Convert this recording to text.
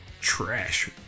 trash